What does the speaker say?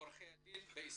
ועורכי הדין בעסקאות.